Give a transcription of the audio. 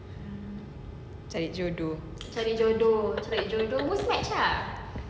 cari jodoh